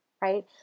right